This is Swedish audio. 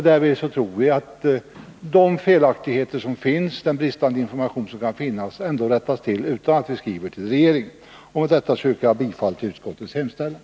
Därmed tror vi att de felaktigheter och den bristande information som kan finnas kommer att rättas till utan att vi skriver till regeringen. Med detta yrkar jag bifall till utskottets hemställan.